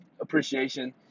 appreciation